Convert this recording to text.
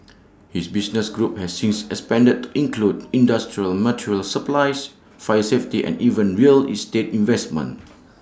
his business group has since expanded to include industrial material supplies fire safety and even real estate investment